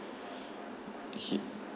he